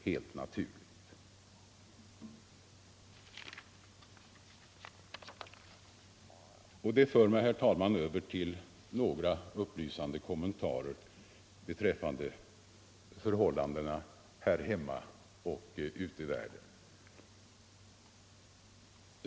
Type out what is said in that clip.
Detta för mig, fru talman, över till några upplysande kommentarer beträffande förhållandena här hemma och ute i världen.